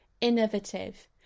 innovative